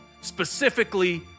Specifically